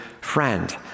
friend